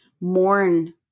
mourn